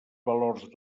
valors